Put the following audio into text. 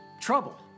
trouble